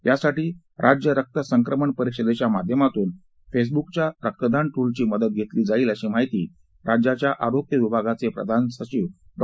यासाठी राज्य रक्त संक्रमण परिषदेच्या माध्यमातून फेसबुकच्या रक्तदान टूलची मदत घेतली जाईल अशी माहिती राज्याच्या आरोग्य विभागाचे प्रधान सचिव डॉ